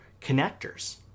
connectors